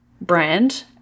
brand